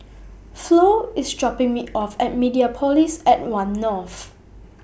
Flo IS dropping Me off At Mediapolis At one North